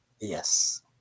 Yes